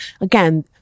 again